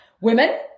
women